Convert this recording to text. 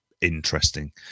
interesting